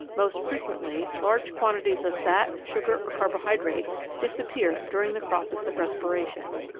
most frequently large quantities of fat, sugar, or carbohydrates disappear during the process of respiration.